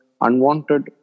unwanted